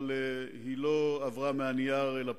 אבל היא לא עברה מהנייר אל הפועל.